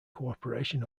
cooperation